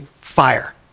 fire